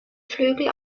flügel